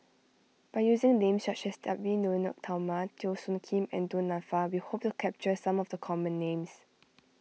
by using names such as Edwy Lyonet Talma Teo Soon Kim and Du Nanfa we hope to capture some of the common names